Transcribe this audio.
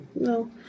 no